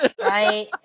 right